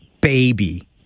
baby